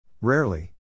Rarely